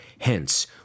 Hence